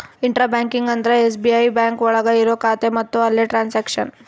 intra banking ಅಂದ್ರೆ SBI bank ಒಳಗ ಇರೋ ಖಾತೆ ಮತ್ತು ಅಲ್ಲೇ ಟ್ರನ್ಸ್ಯಾಕ್ಷನ್